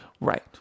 right